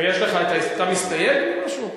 ויש לך, אתה מסתייג או משהו?